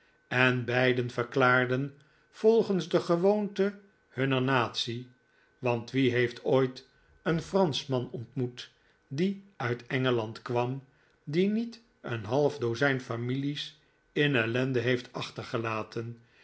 en beiden verklaarden volgens de gewoonte hunner natie want wie heeft ooit een franschman ontmoet die uit engeland kwam die niet een half dozijn families in ellende heeft achtergelaten